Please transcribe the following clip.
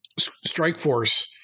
Strikeforce